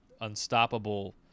unstoppable